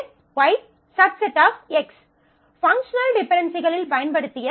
ஒன்று Y⸦X functional டிபென்டென்சிகளில் பயன்படுத்திய ஒன்று